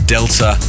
Delta